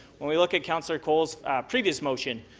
when we look at councillor colle's previous motion